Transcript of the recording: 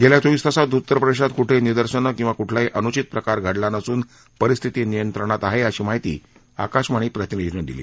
गेल्या चोवीस तासात उत्तर प्रदेशात कुठेही निदर्शनं किंवा कुठलाही अनुचित प्रकार घडला नसून परिस्थिती नियंत्रणात आहे अशी माहिती आकाशवाणी प्रतिनिधीनं दिली